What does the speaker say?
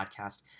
podcast